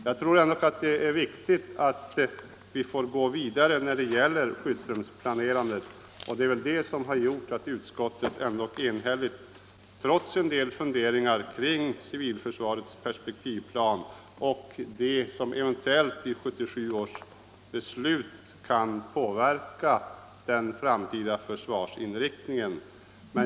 Jag tror det är viktigt att vi får gå vidare när det gäller skyddrumsplanerandet. Det är väl det som gjort att utskottet varit enhälligt — trots en del funderingar kring civilförsvarets perspektivplan och kring det som eventuellt i 1977 års beslut kan påverka den framtida försvarsinriktningen.